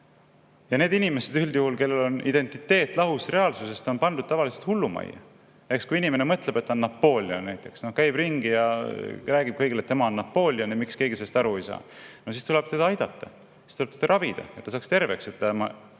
need inimesed, kellel on identiteet lahus reaalsusest, on pandud tavaliselt hullumajja. Kui inimene mõtleb, et ta on Napoleon näiteks, käib ringi ja räägib kõigile, et tema on Napoleon ja miks keegi sellest aru ei saa, no siis tuleb teda aidata, siis tuleb teda ravida, et ta saaks terveks, et tema